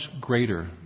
greater